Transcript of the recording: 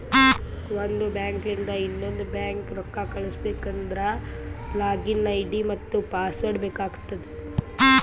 ಒಂದ್ ಬ್ಯಾಂಕ್ಲಿಂದ್ ಇನ್ನೊಂದು ಬ್ಯಾಂಕ್ಗ ರೊಕ್ಕಾ ಕಳುಸ್ಬೇಕ್ ಅಂದ್ರ ಲಾಗಿನ್ ಐ.ಡಿ ಮತ್ತ ಪಾಸ್ವರ್ಡ್ ಬೇಕ್ ಆತ್ತುದ್